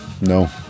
no